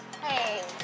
Hey